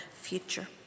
future